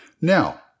Now